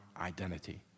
identity